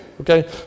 Okay